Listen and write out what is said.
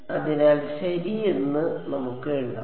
അതിനാൽ ശരി എന്ന് നമുക്ക് എഴുതാം